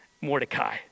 Mordecai